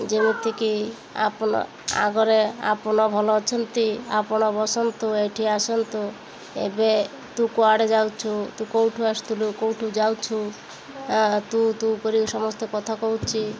ଯେମିତିକି ଆପଣ ଆଗରେ ଆପଣ ଭଲ ଅଛନ୍ତି ଆପଣ ବସନ୍ତୁ ଏଇଠି ଆସନ୍ତୁ ଏବେ ତୁ କେଉଁଡ଼େ ଯାଉଛୁ ତୁ କେଉଁଠୁ ଆସୁଥିଲୁ କେଉଁଠୁ ଯାଉଛୁ ତୁ ତୁ କରିକି ସମସ୍ତେ କଥା କହୁଛି